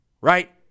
Right